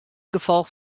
gefolch